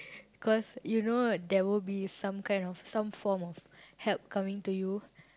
cause you know there will be some kind of some form of help coming to you